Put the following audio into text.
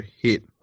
hit